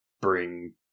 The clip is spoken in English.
bring